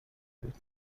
بود